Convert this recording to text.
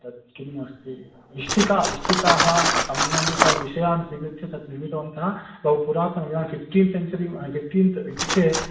तत् किम् अस्ति इष्टिकाः इष्टिकाः सम्बन्धितविषयान् स्वीकृत्य तत् निर्मितवन्तः बहु पुरातनम् इदानीं फ़िफ़्टीन् सेञ्चुरि फ़िफ़्टीन्त् इत्युक्ते